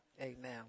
Amen